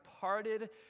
parted